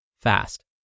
fast